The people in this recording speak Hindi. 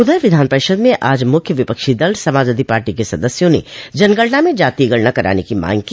उधर विधान परिषद में आज मुख्य विपक्षी दल समाजवादी पाटी के सदस्यों ने जनगणना में जातीय गणना कराने की मांग की